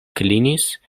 klinis